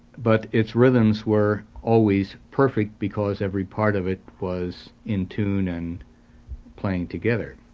but its rhythms were always perfect because every part of it was in tune and playing together.